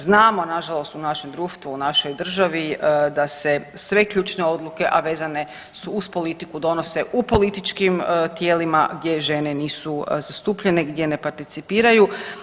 Znamo nažalost u našem društvu u našoj državi da se sve ključne odluke, a vezane su uz politiku donose u političkim tijelima gdje žene nisu zastupljene, gdje ne participiraju.